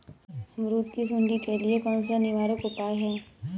अमरूद की सुंडी के लिए कौन सा निवारक उपाय है?